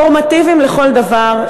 נורמטיביים לכל דבר,